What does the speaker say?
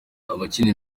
abakina